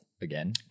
again